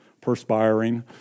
perspiring